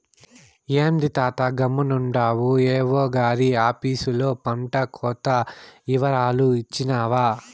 ఏంది తాతా గమ్మునుండావు ఏవో గారి ఆపీసులో పంటకోత ఇవరాలు ఇచ్చినావా